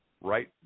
right